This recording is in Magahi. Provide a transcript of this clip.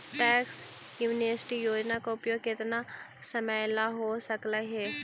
टैक्स एमनेस्टी योजना का उपयोग केतना समयला हो सकलई हे